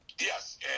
Yes